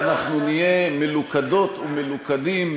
אנחנו נהיה מלוכדות ומלוכדים,